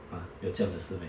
!huh! 有这样的事 meh